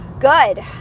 good